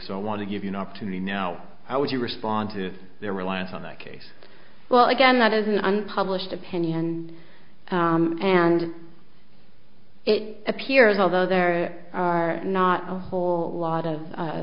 so i want to give you an opportunity now how would you respond to their reliance on that case well again that is an unpublished opinion and it appears although there are not a whole lot of